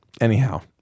Anyhow